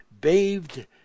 bathed